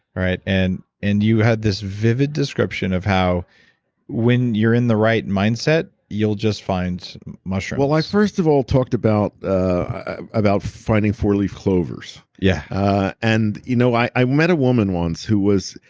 and and you had this vivid description of how when you're in the right mindset, you'll just find mushrooms well, i first of all talked about ah about finding four leaf clovers. yeah and you know i i met a woman once who was.